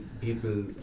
people